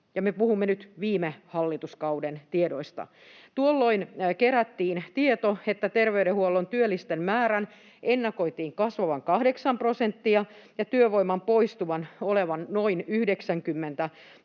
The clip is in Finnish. puhumme nyt viime hallituskauden tiedoista. Tuolloin kerättiin tieto, että terveydenhuollon työllisten määrän ennakoitiin kasvavan 8 prosenttia ja työvoiman poistuman olevan noin 90